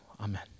amen